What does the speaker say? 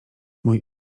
mój